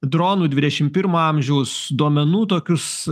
dronų dvidešim pirmo amžiaus duomenų tokius